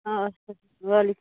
آسا وعلیکُم اسلام